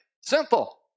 Simple